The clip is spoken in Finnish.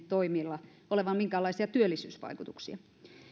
toimilla olevan minkäänlaisia työllisyysvaikutuksia